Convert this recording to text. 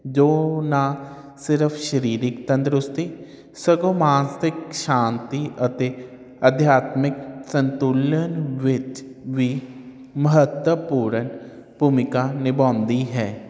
ਜੋ ਨਾ ਸਿਰਫ਼ ਸਰੀਰਿਕ ਤੰਦਰੁਸਤੀ ਸਗੋਂ ਮਾਨਸਿਕ ਸ਼ਾਂਤੀ ਅਤੇ ਅਧਿਆਤਮਿਕ ਸੰਤੁਲਨ ਵਿੱਚ ਵੀ ਮਹੱਤਵਪੂਰਨ ਭੂਮਿਕਾ ਨਿਭਾਉਂਦੀ ਹੈ